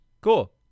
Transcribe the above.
cool